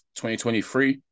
2023